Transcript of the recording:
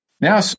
Now